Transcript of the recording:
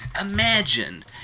Imagine